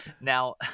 now